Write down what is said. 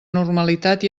normalitat